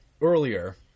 earlier